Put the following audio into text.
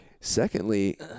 Secondly